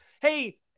hey